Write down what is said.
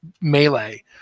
Melee